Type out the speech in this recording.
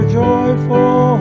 joyful